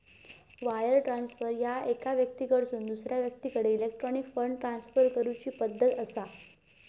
wire transfer ह्या एका व्यक्तीकडसून दुसरा व्यक्तीकडे इलेक्ट्रॉनिक फंड ट्रान्सफर करूची पद्धत असा